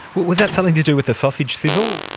was that something to do with a sausage sizzle?